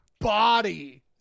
body